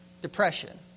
Depression